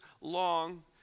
long